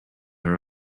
her